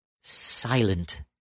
Silent